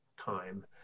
time